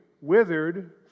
withered